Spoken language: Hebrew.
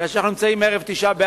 ערב תשעה באב,